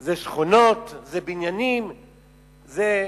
זה שכונות, זה בניינים.